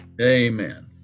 Amen